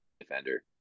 defender